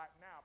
now